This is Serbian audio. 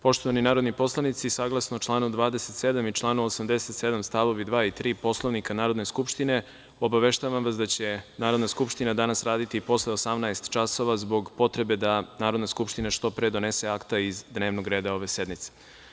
Poštovani narodni poslanici, saglasno članu 27. i članu 87. stavovi 2. i 3. Poslovnika Narodne skupštine, obaveštavam vas da će Narodna skupština danas raditi i posle 18,00 časova, zbog potrebe da Narodna skupština što pre donese akta iz dnevnog reda ove sednice.